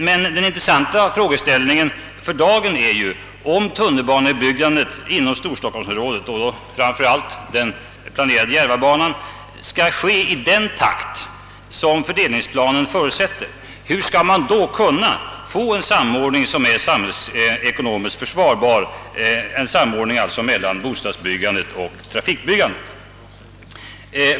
Men den intressanta frågeställningen för dagen är: Om tunnelbanebyggandet inom storstockholmsområdet — framför allt den planerade järvabanan — skall ske i den takt som fördelningsplanen förutsätter, hur skall man då kunna få en samordning mellan bostadsbyggandet och trafikbyggandet som är samhällsekonomiskt försvarbar?